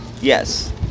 Yes